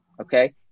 okay